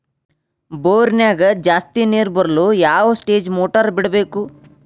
ಬೋರಿನ್ಯಾಗ ಜಾಸ್ತಿ ನೇರು ಬರಲು ಯಾವ ಸ್ಟೇಜ್ ಮೋಟಾರ್ ಬಿಡಬೇಕು?